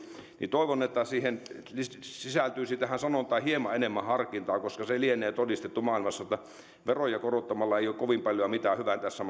toivon että tähän sanontaan sisältyisi hieman enemmän harkintaa koska se lienee todistettu maailmassa että veroja korottamalla ei ole kovin paljon mitään hyvää tässä